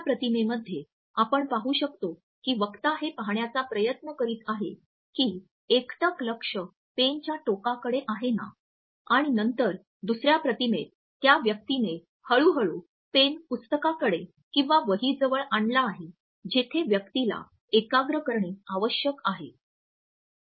पहिल्या प्रतिमेमध्ये आपण पाहू शकतो की वक्ता हे पाहण्याचा प्रयत्न करीत आहे की एकटक लक्ष पेनच्या टोकाकडे आहे ना आणि नंतर दुसर्या प्रतिमेत त्या व्यक्तीने हळूहळू पेन पुस्तकाकडे किंवा वहीजवळ आणला आहे जेथे व्यक्तीला एकाग्र करणे आवश्यक आहे